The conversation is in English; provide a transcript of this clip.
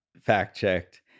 fact-checked